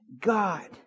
God